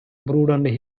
broadened